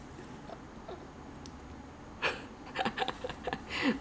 then maybe their lunchtime is like maybe 十一点 to 三点